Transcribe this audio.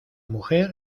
mujer